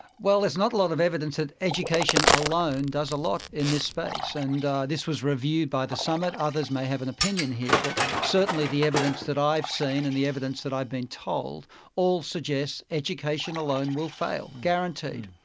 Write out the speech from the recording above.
well, there's not a lot of evidence that education alone does a lot in this space, and this was reviewed by the summit. others may have an opinion here, but certainly the evidence that i've seen and the evidence that i've been told all suggest education alone will fail, guaranteed.